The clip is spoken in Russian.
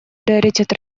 приоритет